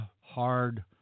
hard